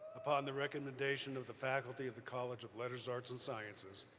upon the recommendation of the faculty of the college of letters, arts, and sciences,